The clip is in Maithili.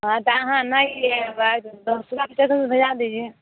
हाँ तऽ अहाँ नहि अएबै तऽ दोसरो कऽ तऽ धू दिआ दीजिये